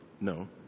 No